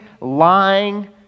lying